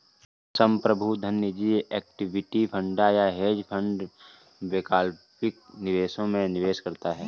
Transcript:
संप्रभु धन निजी इक्विटी फंड या हेज फंड वैकल्पिक निवेशों में निवेश करता है